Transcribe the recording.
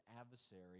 adversary